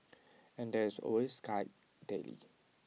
and there is always Skype daily